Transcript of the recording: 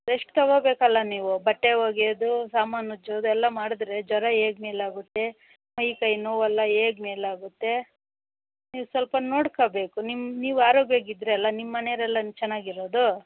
rest ತಗೋಬೇಕಲ್ಲ ನೀವು ಬಟ್ಟೆ ಒಗೆಯೋದು ಸಾಮಾನು ಉಜ್ಜೋದು ಎಲ್ಲ ಮಾಡಿದ್ರೆ ಜ್ವರ ಹೇಗ್ ಮೇಲಾಗುತ್ತೆ ಮೈ ಕೈ ನೋವೆಲ್ಲ ಹೇಗ್ ಮೇಲಾಗುತ್ತೆ ನೀವು ಸ್ವಲ್ಪ ನೋಡ್ಕೋಬೇಕು ನಿಮ್ಮ ನೀವು ಆರೋಗ್ಯವಾಗಿದ್ದರಲ್ಲ ನಿಮ್ಮ ಮನೆಯವ್ರೆಲ್ಲನು ಚೆನ್ನಾಗಿರೋದು